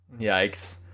Yikes